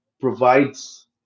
provides